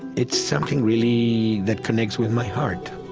it's something really that connects with my heart